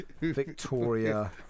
Victoria